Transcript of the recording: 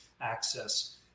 access